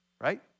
right